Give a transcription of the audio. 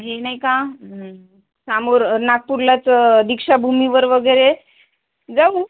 हे नाही का समोर नागपूरलाच दीक्षाभूमीवर वगैरे जाऊ